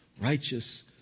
righteous